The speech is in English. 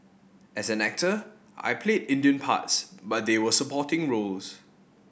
as an actor I played Indian parts but they were supporting roles